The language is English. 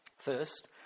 First